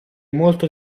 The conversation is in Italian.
molto